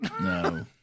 No